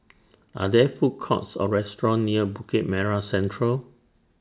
Are There Food Courts Or restaurants near Bukit Merah Central